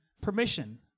permission